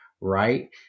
right